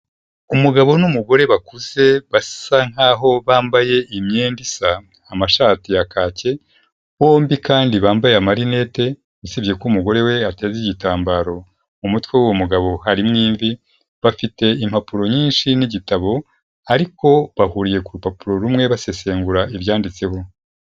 Umugabo n'umugore bakuze, basa nkaho bambaye imyenda isa, amashati ya kake, bombi kandi bambaye amarinete, busibye ko umugore we ateza igitambaro. Mu mutwew'uwo mugabo, harimo imvi, bafite impapuro nyinshi n'igitabo, ariko bahuriye ku rupapuro rumwe, basesengura ibyanditseho.